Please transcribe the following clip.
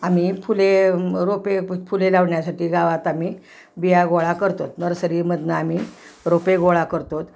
आम्ही फुले रोपे फुले लावण्यासाठी गावात आम्ही बिया गोळा करतोत नर्सरीमधुनं आम्ही रोपे गोळा करतोत